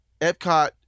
Epcot